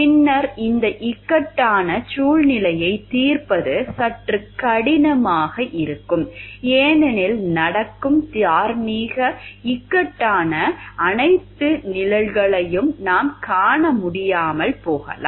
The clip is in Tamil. பின்னர் இந்த இக்கட்டான சூழ்நிலையைத் தீர்ப்பது சற்று கடினமாக இருக்கும் ஏனெனில் நடக்கும் தார்மீக இக்கட்டான அனைத்து நிழல்களையும் நாம் காண முடியாமல் போகலாம்